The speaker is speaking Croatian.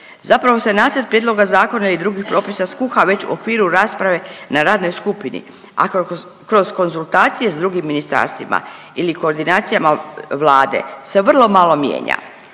Zapravo se Nacrt prijedloga zakona i drugih propisa skuha već u okviru rasprave na radnoj skupini, a kroz konzultacije s drugim ministarstvima ili koordinacijama Vlade se vrlo malo mijenja,